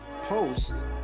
post